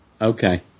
Okay